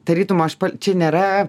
tarytum aš čia nėra